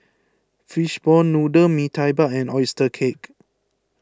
Fishball Noodle Mee Tai Mak and Oyster Cake